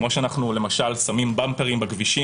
כמו שאנחנו למשל שמים במפרים בכבישים,